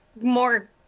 more